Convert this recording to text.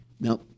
Now